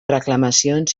reclamacions